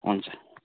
हुन्छ